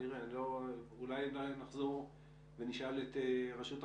אולי נחזור ונשאל את רשות החברות,